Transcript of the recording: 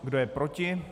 Kdo je proti?